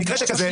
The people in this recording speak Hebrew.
במקרה כזה,